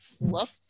looked